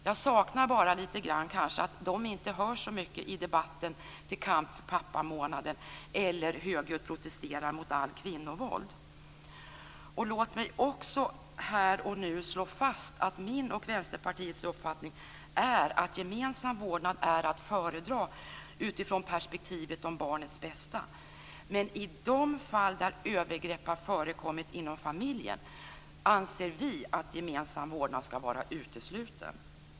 Jag saknar kanske lite grann att de inte hörs så mycket i debatten till kamp för pappamånaden eller högljutt protesterar mot allt kvinnovåld. Låt mig också här och nu slå fast att min och Vänsterpartiets uppfattning är att gemensam vårdnad är att föredra utifrån perspektivet om barnets bästa. Men i de fall där övergrepp har förekommit inom familjen anser vi att gemensam vårdnad ska vara utesluten.